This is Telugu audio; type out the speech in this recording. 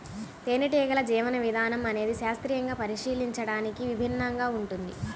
తేనెటీగల జీవన విధానం అనేది శాస్త్రీయంగా పరిశీలించడానికి విభిన్నంగా ఉంటుంది